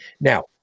Now